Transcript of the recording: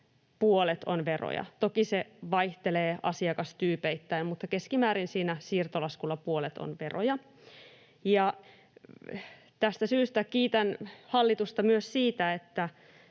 puolet on veroja. Toki se vaihtelee asiakastyypeittäin, mutta keskimäärin siinä siirtolaskulla puolet on veroja. Tästä syystä kiitän hallitusta myös siitä, että